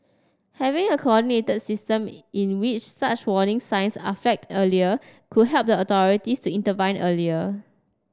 having a coordinated system in which such warning signs are flagged earlier could help the authorities to intervene earlier